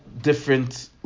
different